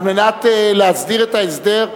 על מנת להסדיר את ההסדר.